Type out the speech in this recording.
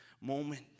Moment